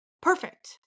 perfect